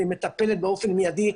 והיא מטפלת באופן מיידי,